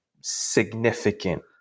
significant